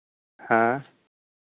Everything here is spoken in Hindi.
हाँ